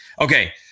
Okay